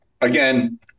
again